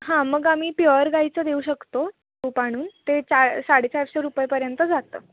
हां मग आम्ही प्युअर गाईचं देऊ शकतो तूप आणून ते चा साडेचारशे रुपयापर्यंत जातं